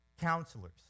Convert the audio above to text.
counselors